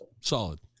Solid